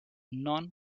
none